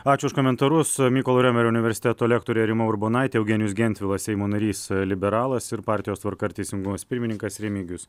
ačiū už komentarus mykolo romerio universiteto lektorė rima urbonaitė eugenijus gentvilas seimo narys liberalas ir partijos tvarka ir teisingumas pirmininkas remigijus